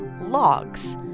logs